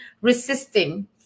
resisting